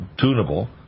tunable